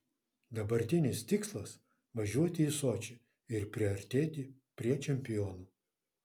dabartinis tikslas važiuoti į sočį ir priartėti prie čempionų